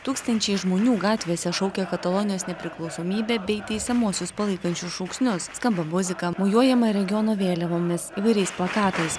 tūkstančiai žmonių gatvėse šaukia katalonijos nepriklausomybę bei teisiamuosius palaikančius šūksnius skamba muzika mojuojama regiono vėliavomis įvairiais plakatais